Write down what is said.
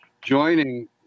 joining